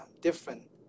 different